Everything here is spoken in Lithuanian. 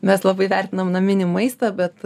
mes labai vertinam naminį maistą bet